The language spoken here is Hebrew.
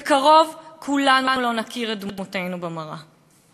בקרוב, כולנו לא נכיר את דמותנו במראה.